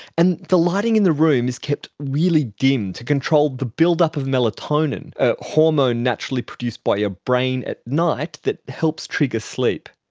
and the lighting in the room is kept really dim to control the build-up of melatonin, a hormone naturally produced by your brain at night that helps trigger sleep.